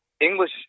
English